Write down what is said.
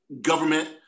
Government